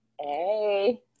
hey